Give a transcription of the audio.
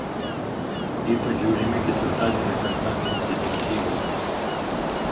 ypač žiūrimi ketvirtadienio ir penktadienio detektyvai